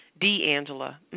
D'Angela